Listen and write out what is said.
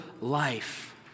life